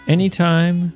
Anytime